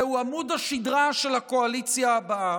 זהו עמוד השדרה של הקואליציה הבאה,